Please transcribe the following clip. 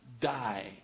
die